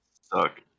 suck